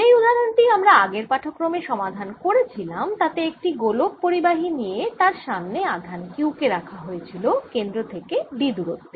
যেই উদাহরণ টি আমরা আগের পাঠক্রমে সমাধান করেছিলাম তাতে একটি গোলক পরিবাহী নিয়ে তার সামনে আধান Q রাখা হয়েছিল কেন্দ্র থেকে d দূরত্বে